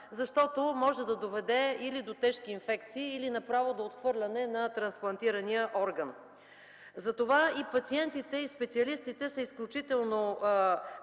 защото може да доведе или до тежки инфекции, или направо до отхвърляне на трансплантирания орган. Затова и пациентите, и специалистите са изключително